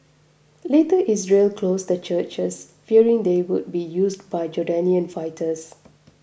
later Israel closed the churches fearing they would be used by Jordanian fighters